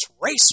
race